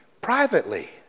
privately